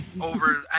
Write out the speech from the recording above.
over